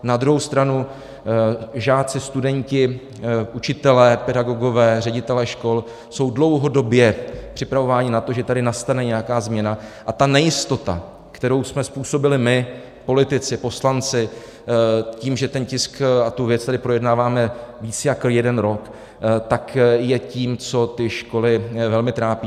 Na druhou stranu žáci, studenti, učitelé, pedagogové, ředitelé škol jsou dlouhodobě připravováni na to, že tady nastane nějaká změna, a ta nejistota, kterou jsme způsobili my politici, poslanci tím, že ten tisk a tu věc tady projednáváme více jak jeden rok, je tím, co ty školy velmi trápí.